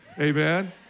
Amen